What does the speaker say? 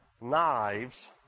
knives